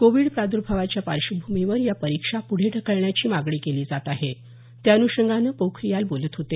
Covid प्रादुर्भावाच्या पार्श्वभूमीवर या परीक्षा पुढे ढकलण्याची मागणी केली जात आहे त्या अन्षंगानं पोखरियाल बोलत होते